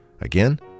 Again